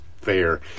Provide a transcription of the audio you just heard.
fair